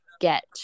get